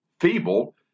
feeble